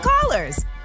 callers